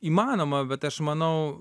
įmanoma bet aš manau